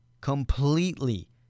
completely